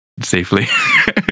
safely